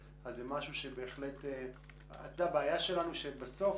אז זה משהו בהחלט --- הבעיה שלנו, שבסוף,